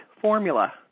formula